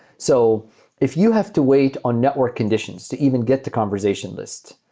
so if you have to wait on network conditions to even get the conversationalist,